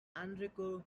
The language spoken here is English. enrico